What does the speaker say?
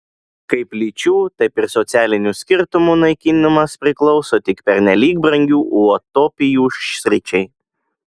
kaip lyčių taip ir socialinių skirtumų naikinimas priklauso tik pernelyg brangių utopijų sričiai